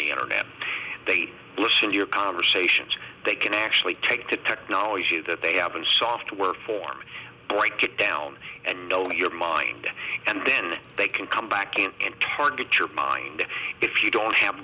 the internet they listen to your conversations they can actually take the technology that they have and software form boy get down and all your mind and then they can come back in and get your mind if you don't have a